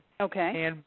Okay